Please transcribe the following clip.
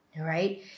right